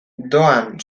doan